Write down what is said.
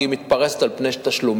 כי היא מתפרסת על פני תשלומים.